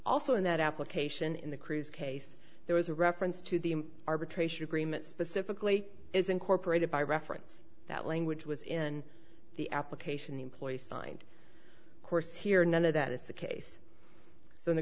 also in that application in the cruise case there was a reference to the arbitration agreement specifically is incorporated by reference that language was in the application the employee signed course here none of that is the case so in the